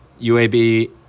UAB